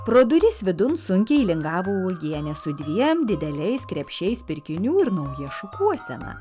pro duris vidun sunkiai lingavo uogienė su dviem dideliais krepšiais pirkinių ir nauja šukuosena